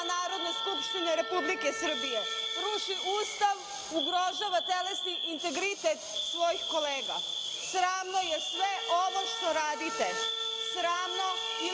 Narodne skupštine Republike Srbije, ruši Ustav, ugrožava telesni integritet svojih kolega. Sramno je sve ovo što radite, sramno i